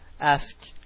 Ask